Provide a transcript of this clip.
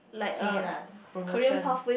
PayLah promotion